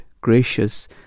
gracious